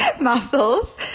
muscles